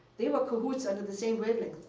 they were cahoots under the same wavelength.